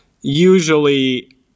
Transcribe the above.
Usually